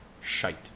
shite